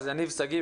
יניב שגיא,